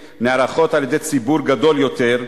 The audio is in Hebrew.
אזורי,